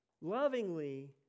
lovingly